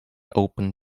open